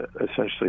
essentially